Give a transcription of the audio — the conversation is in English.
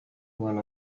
when